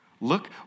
Look